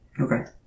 Okay